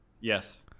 Yes